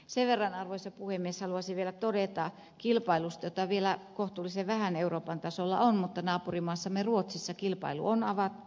sen verran arvoisa puhemies haluaisin vielä todeta kilpailusta jota vielä kohtuullisen vähän euroopan tasolla on mutta naapurimaassamme ruotsissa kilpailu on avattu